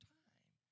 time